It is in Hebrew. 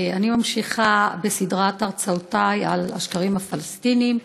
אני ממשיכה בסדרת הרצאותי על השקרים הפלסטיניים.